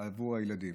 עבור הילדים.